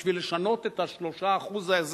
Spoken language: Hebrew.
בשביל לשנות את ה-3% הזה